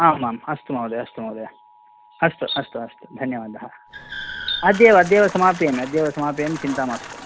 आम् आम् अस्तु महोदय अस्तु महोदय अस्तु अस्तु अस्तु धन्यवादाः अद्यैव अद्यैव समाप्यामि अद्येव समाप्यं चिन्ता मास्तु